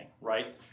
right